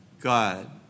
God